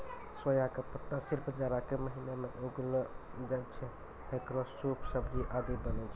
सोया के पत्ता सिर्फ जाड़ा के महीना मॅ उगैलो जाय छै, हेकरो सूप, सब्जी आदि बनै छै